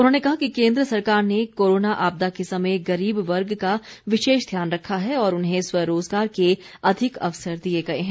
उन्होंने कहा कि केन्द्र सरकार ने कोरोना आपदा के समय गरीब वर्ग का विशेष ध्यान रखा है और उन्हें स्वरोजगार के अधिक अवसर दिए गए हैं